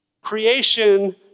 Creation